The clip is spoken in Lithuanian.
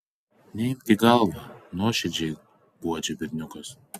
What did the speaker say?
neimk į galvą nuoširdžiai guodžia berniukas